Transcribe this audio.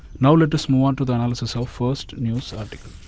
now, let us move on to the analysis of first news article.